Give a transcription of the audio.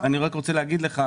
אני רק רוצה להגיד לך,